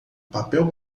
papel